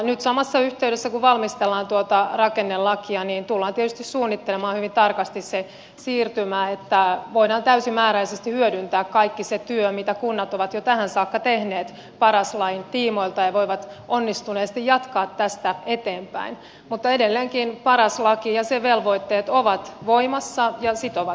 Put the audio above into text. nyt samassa yhteydessä kun valmistellaan tuota rakennelakia tullaan tietysti suunnittelemaan hyvin tarkasti se siirtymä että voidaan täysimääräisesti hyödyntää kaikki se työ mitä kunnat ovat jo tähän saakka tehneet paras lain tiimoilta ja kunnat voivat onnistuneesti jatkaa tästä eteenpäin mutta edelleenkin paras laki ja sen velvoitteet ovat voimassa ja sitovat kuntakenttää